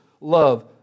love